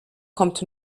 kommt